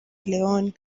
leone